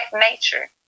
nature